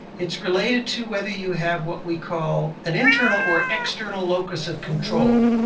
it's related to whether you have what we call an internal or external locus of control.